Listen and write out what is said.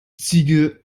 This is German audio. ziege